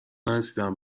نرسیدم